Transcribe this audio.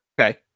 okay